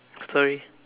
story